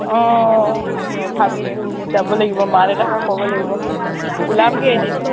অ ভাবিছোঁ যাব লাগিব মা দেতাহঁতক ক'ব লাগিব ওলামগৈ এদিন